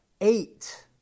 eight